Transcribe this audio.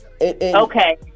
Okay